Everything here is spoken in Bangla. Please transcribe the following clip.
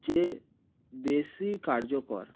চেয়ে বেশি কার্যকর